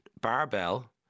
barbell